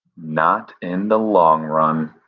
not in the long run.